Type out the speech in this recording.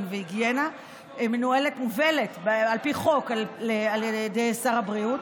והיגיינה מובל על פי חוק על ידי שר הבריאות,